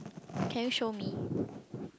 can you show me